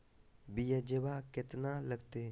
ब्यजवा केतना लगते?